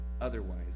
otherwise